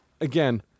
Again